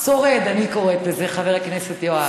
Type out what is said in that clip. שורד אני קוראת לזה, חבר הכנסת יואב.